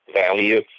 Value